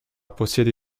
possiede